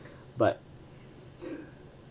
but